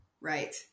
Right